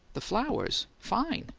the flowers? fine!